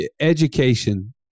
education